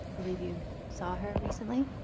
believe you saw her recently.